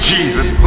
Jesus